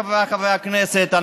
חבריי חברי הכנסת,